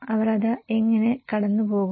അവർ അത് എങ്ങനെ കടന്നുപോകും